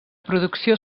producció